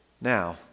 now